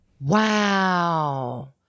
Wow